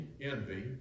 envy